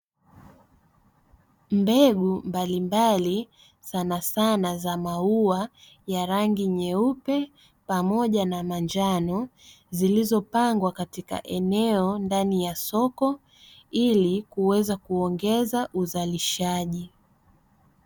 Mbegu mbalimbali sanasana za maua ya rangi nyeupe pamoja na manjano, zilizopangwa katika eneo ndani ya soko ili kuweza kuongeza uzalishaji.